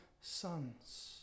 sons